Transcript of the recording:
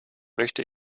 möchte